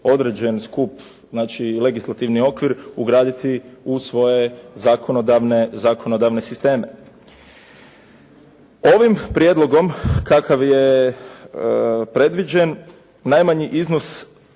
određen skup znači registrativni okvir ugraditi u svoje zakonodavne sisteme. Ovim prijedlogom kakav je predviđen najmanji iznos